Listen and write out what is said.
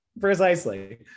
precisely